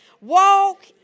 Walk